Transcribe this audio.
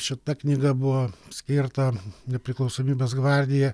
šita knyga buvo skirta nepriklausomybės gvardija